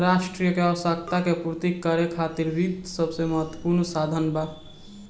राष्ट्र के आवश्यकता के पूर्ति करे खातिर वित्त सबसे महत्वपूर्ण साधन बा